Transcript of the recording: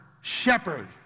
shepherd